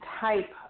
type